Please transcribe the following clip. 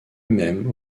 même